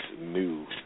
new